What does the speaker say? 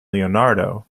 leonardo